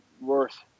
worth